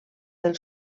del